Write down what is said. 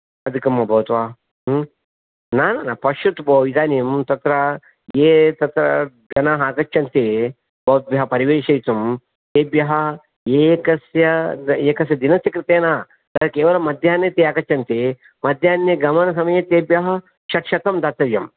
अधिकमभवत् वा न न न पश्यतु भोः इदानीं तत्र ये तत्र जनाः आगच्छन्ति भवद्भ्यः परिवेषयितुं तेभ्यः एकस्य एकस्य दिनस्य कृते न केवलं मध्याह्ने ते आगच्छन्ति मध्याह्ने गमनसमये तेभ्यः षड्शतं दातव्यम्